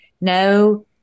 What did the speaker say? no